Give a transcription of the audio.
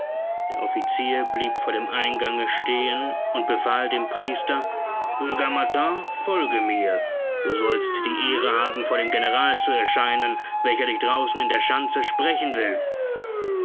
der offizier blieb vor dem eingange stehen und befahl dem priester bürger martin folge mir du sollst die ehre haben vor dem general zu erscheinen welcher dich draußen in der schanze sprechen will